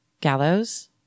gallows